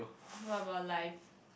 what about life